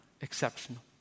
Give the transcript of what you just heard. exceptional